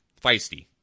feisty